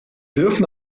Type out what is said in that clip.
dürfen